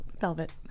velvet